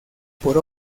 por